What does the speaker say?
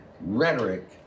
rhetoric